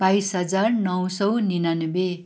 बाइस हजार नौ सय निनानब्बे